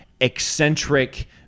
eccentric